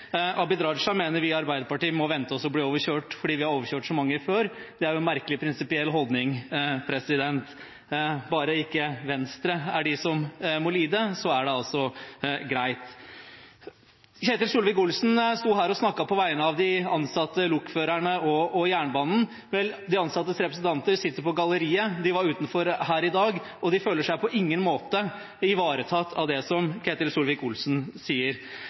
Abid Q. Raja mener vi i Arbeiderpartiet må vente oss å bli overkjørt fordi vi har overkjørt så mange før. Det er en merkelig prinsipiell holdning – bare ikke Venstre er de som må lide, er det altså greit. Ketil Solvik-Olsen sto her og snakket på vegne av de ansatte lokførerne og jernbanen. Vel, de ansattes representanter sitter på galleriet. De var utenfor her i dag, og de føler seg på ingen måte ivaretatt av det som Ketil Solvik-Olsen sier.